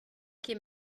ket